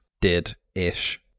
did-ish